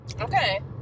Okay